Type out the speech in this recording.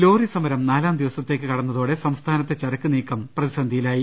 lorry സമരം നാലാം ദിവസ്ത്തേക്ക് കടന്നതോടെ സംസ്ഥാ നത്തെ ചരക്ക് നീക്കം പ്രതിസന്ധിയിലായി